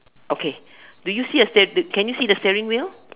okay do you see a sterl~ can you see the sterling wheel